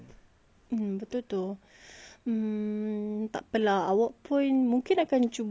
mm tak apa lah awak pun mungkin mereka akan cuba beli handphone yang